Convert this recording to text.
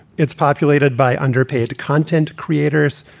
it's populated by under-paid content creators,